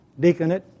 deaconate